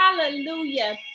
Hallelujah